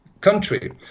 country